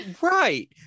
Right